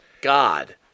God